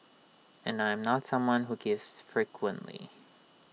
and I'm not someone who gives frequently